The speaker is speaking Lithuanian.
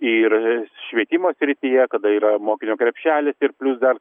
ir švietimo srityje kada yra mokinio krepšelis ir plius dar